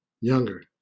younger